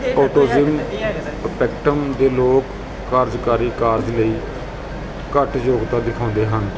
autism spectrum 'ਤੇ ਲੋਕ ਕਾਰਜਕਾਰੀ ਕਾਰਜ ਲਈ ਘੱਟ ਯੋਗਤਾ ਦਿਖਾਉਂਦੇ ਹਨ